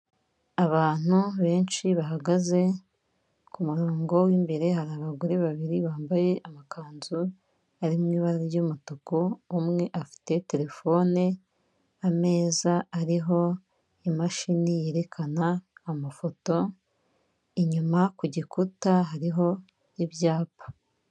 Abantu benshi bahagaze ku murongo, imbere hari abagore babiri bambaye amakanzu ari mu ibara ry'umutuku, umwe afite telefone, ameza ariho imashini yerekana amafoto, inyuma ku gikuta hariho ibyapa.